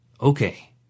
Okay